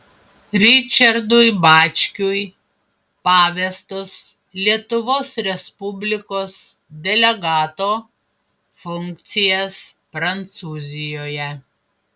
ričardui bačkiui pavestos lietuvos respublikos delegato funkcijas prancūzijoje